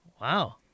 Wow